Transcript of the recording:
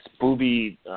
Booby